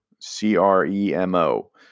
C-R-E-M-O